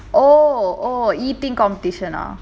oh oh eating competition ah